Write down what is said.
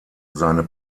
seine